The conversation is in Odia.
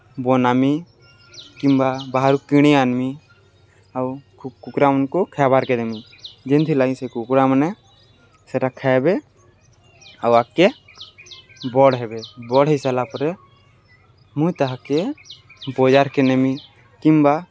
ବନାମି କିମ୍ବା ବାହାରୁ କିଣି ଆନ୍ମି ଆଉ କୁକୁଡ଼ାମାନ୍କୁ ଖାଇବାର୍କେ ଦେମି ଯେନ୍ଥିର୍ଲାଗି ସେ କୁକୁଡ଼ାମାନେ ସେଟା ଖାଏବେ ଆଉ ଆଗ୍କେ ବଡ଼୍ ହେବେ ବଡ଼୍ ହେଇସାର୍ଲା ପରେ ମୁଇଁ ତାହାକେ ବଜାର୍କେ ନେମି କିମ୍ବା